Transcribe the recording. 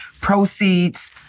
proceeds